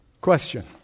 Question